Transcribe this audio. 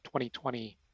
2020